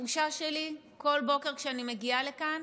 התחושה שלי בכל בוקר כשאני מגיעה לכאן,